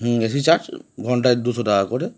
হুম AC charge ঘন্টায় দুশো টাকা করে